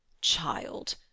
Child